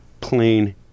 plain